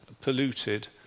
polluted